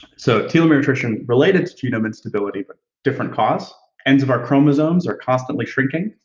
so, telomere attrition, related to genome instability, but different cause. ends of our chromosomes are constantly shrinking.